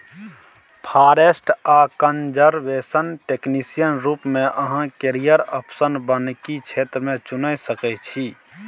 forest आ conservation technician रुप मे अहाँ कैरियर आप्शन बानिकी क्षेत्र मे चुनि सकै छी